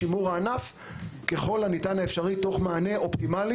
שימור הענף ככל הניתן תוך מענה אופטימלי